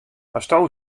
asto